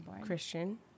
Christian